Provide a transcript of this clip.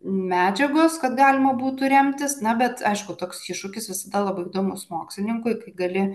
medžiagos kad galima būtų remtis na bet aišku toks iššūkis visada labai įdomus mokslininkui kai gali